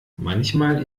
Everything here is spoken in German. manchmal